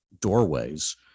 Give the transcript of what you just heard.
doorways